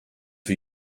for